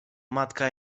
matka